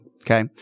Okay